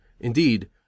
Indeed